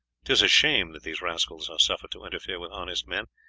tis a shame that these rascals are suffered to interfere with honest men,